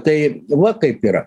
tai va kaip yra